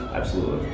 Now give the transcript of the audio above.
absolutely.